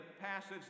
passage